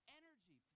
energy